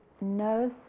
no